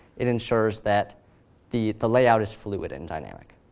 it ensures that the the layout is fluid and dynamic.